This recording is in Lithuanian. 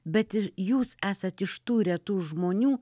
bet ir jūs esat iš tų retų žmonių